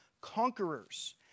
conquerors